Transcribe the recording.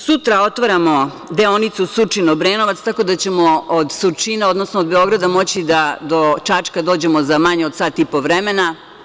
Sutra otvaramo deonicu Surčin–Obrenovac, tako da ćemo od Surčina, odnosno od Beograda moći da do Čačka dođemo za manje od sat i po vremena.